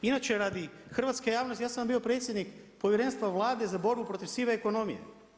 Inače radi hrvatske javnosti, ja sam vam bio predsjednik Povjerenstva Vlade za borbu protiv sive ekonomije.